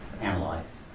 analyze